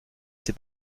sie